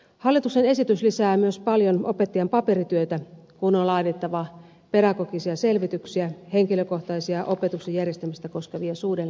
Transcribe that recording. hallituksen esitys lisää myös paljon opettajan paperityötä kun on laadittava pedagogisia selvityksiä henkilökohtaisia opetuksen järjestämistä koskevia suunnitelmia ja niin edelleen